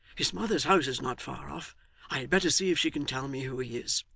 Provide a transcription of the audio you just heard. his mother's house is not far off i had better see if she can tell me who he is.